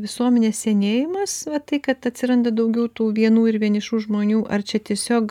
visuomenės senėjimas va tai kad atsiranda daugiau tų vienų ir vienišų žmonių ar čia tiesiog